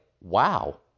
wow